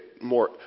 more